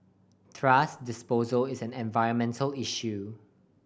thrash disposal is an environmental issue